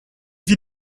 vit